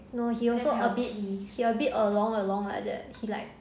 no he he also a bit he bit 耳聋耳聋 like that he like